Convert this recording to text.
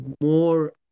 more